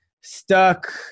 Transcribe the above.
stuck